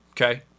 okay